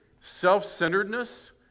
self-centeredness